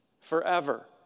forever